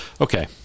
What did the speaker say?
Okay